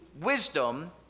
wisdom